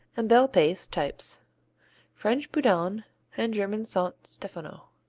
and bel paese types french boudanne and german saint stefano.